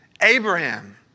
Abraham